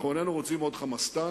אנחנו איננו רוצים עוד "חמאסטן"